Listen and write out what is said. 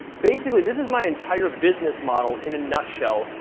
basically, this is my entire business model in a nutshell,